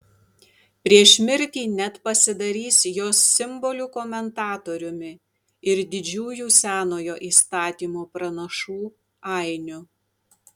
prieš mirtį net pasidarys jos simbolių komentatoriumi ir didžiųjų senojo įstatymo pranašų ainiu